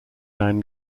man